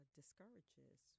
discourages